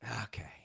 Okay